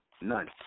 none